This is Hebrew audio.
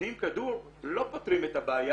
כשנותנים כדור לא פותרים את הבעיה.